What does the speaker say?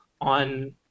on